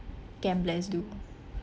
gamblers do